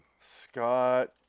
Scott